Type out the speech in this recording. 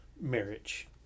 marriage